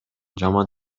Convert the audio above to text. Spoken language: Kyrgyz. жаман